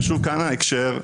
ושוב כאן ההקשר,